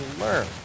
learn